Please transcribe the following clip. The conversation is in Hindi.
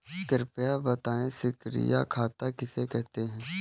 कृपया बताएँ सक्रिय खाता किसे कहते हैं?